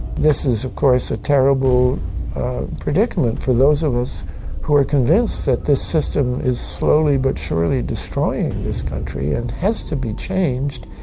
this is, of course, a terrible predicament for those of us who are convinced that this system is slowly, but surely, destroying this country and has to be changed.